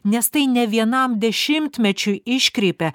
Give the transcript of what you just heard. nes tai ne vienam dešimtmečiui iškreipia